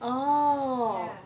oh